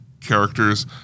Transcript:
characters